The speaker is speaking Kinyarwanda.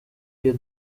iyo